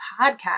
Podcast